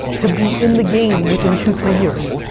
to be in the game within two, three years,